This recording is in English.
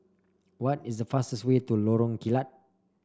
what is the fastest way to Lorong Kilat